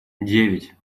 девять